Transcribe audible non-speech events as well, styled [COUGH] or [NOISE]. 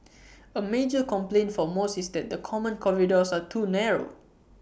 [NOISE] A major complaint for most is that the common corridors are too narrow